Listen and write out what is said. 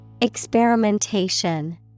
Experimentation